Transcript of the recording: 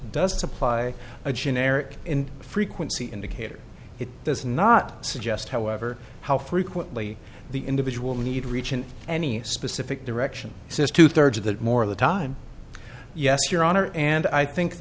doesn't supply a generic frequency indicator it does not suggest however how frequently the individual need reach in any specific direction since two thirds of the more of the time yes your honor and i think